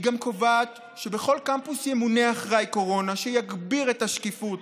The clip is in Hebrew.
היא גם קובעת שבכל קמפוס ימונה אחראי קורונה שיגביר את השקיפות